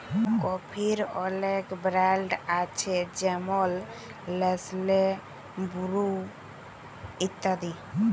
কফির অলেক ব্র্যাল্ড আছে যেমল লেসলে, বুরু ইত্যাদি